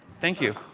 thank you.